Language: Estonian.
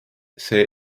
see